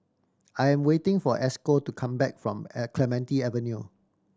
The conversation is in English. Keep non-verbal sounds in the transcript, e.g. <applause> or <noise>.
I am waiting for Esco to come back from <unintelligible> Clementi Avenue